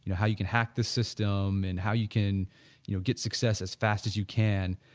you know how you can hack the system, and how you can you know get success as faster as you can,